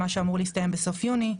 מה שאמור להסתיים בסוף יוני.